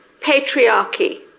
patriarchy